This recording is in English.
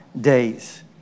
days